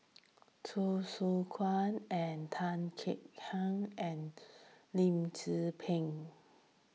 Hsu Tse Kwang and Tan Kek Hiang and Lim Tze Peng